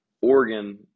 oregon